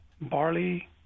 barley